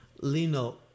Lino